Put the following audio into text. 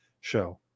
show